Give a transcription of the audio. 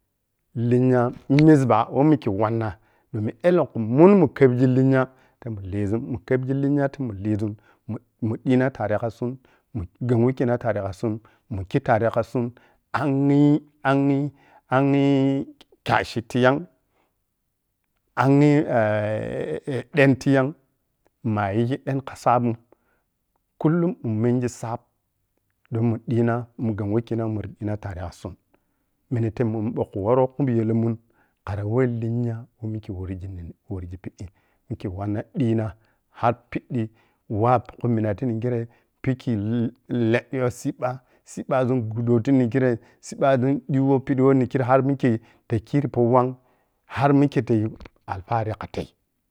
Lenya mizbah we mikhe wanna domin elenkhu mun mu kebji linya ɓamu lizun, mun kebji linya ta mu lizun mun ɓina tare kasun, mun gham wukhi na tare kasun, mu khi tarekasun anghiyi anghiyi anghiyi kyachin tiyau anghiyi eh eh eh den tiya mua yigɓen kasabin kullum mun mengi sab donmu sina munghan wokhina munjina tare khasun mineta momi ɓokhu wor kuyelmkhari we linya wo mikhe worji, nenworghi piɓɓi mikhe wonna ɓina hanleh-leduyo cibba, cibbazun gbudo ti ninkhirei, cibbazun ɓimo piɓi mo nikhirei har mikhe ta khiro powang har mikhe ta yi alpari katei